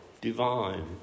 divine